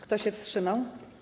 Kto się wstrzymał?